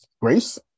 Grace